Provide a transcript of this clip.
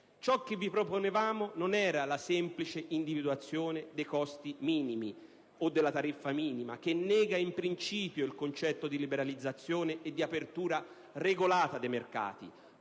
Ciò che vi proponevamo non era la semplice individuazione dei costi minimi o della tariffa minima, che nega in principio il concetto di liberalizzazione e di apertura regolata dei mercati,